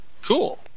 cool